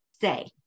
say